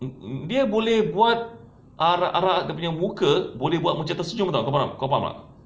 dia boleh buat arah arah dia punya muka boleh buat macam tersenyum [tau] kau faham kau faham tak